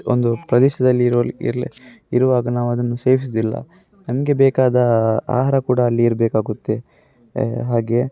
ಒಂದು ಪ್ರದೇಶದಲ್ಲಿ ಇರುವಲ್ಲಿ ಇರಲ್ಲ ಇರುವಾಗ ನಾವದನ್ನು ಸೇವಿಸುವುದಿಲ್ಲ ನಮಗೆ ಬೇಕಾದ ಆಹಾರ ಕೂಡ ಅಲ್ಲಿ ಇರಬೇಕಾಗುತ್ತೆ ಹಾಗೇ